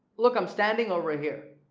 look, i'm standing over here!